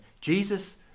Jesus